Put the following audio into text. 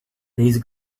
please